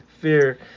fear